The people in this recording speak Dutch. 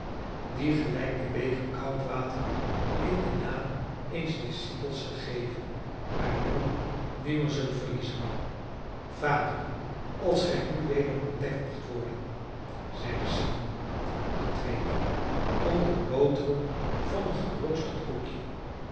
die gelijk de beker koud water in den naam eens discipels gegeven haar loon nimmer zullen verliezen vader als gij nu weder ontdekt mocht worden zeide simeon de tweede onder het boteren van een geroosterd koekje